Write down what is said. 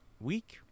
week